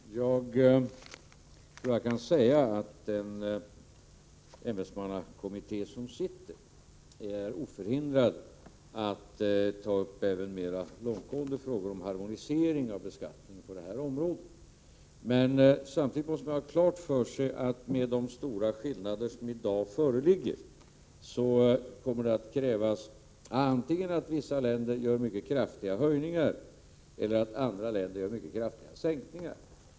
Herr talman! Jag tror att jag kan säga att den ämbetsmannakommitté som sitter är oförhindrad att ta upp även mera långtgående frågor om harmonisering av beskattningen på detta område. Man måste emellertid samtidigt ha klart för sig att med de stora skillnader som föreligger i dag, kommer det att krävas antingen att vissa länder gör mycket kraftiga höjningar eller att andra länder gör mycket kraftiga sänkningar.